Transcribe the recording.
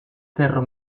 cerro